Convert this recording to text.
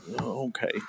Okay